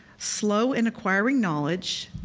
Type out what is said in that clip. slow in acquiring knowledge,